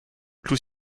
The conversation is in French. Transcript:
clous